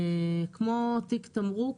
כמו תיק תמרוק,